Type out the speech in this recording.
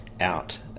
out